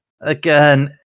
Again